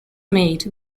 made